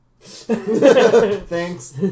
thanks